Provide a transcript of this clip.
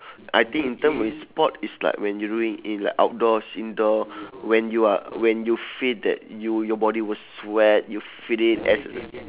I think in term in sport is like when you doing in like outdoors indoor when you are when you feel that you your body will sweat you feel it as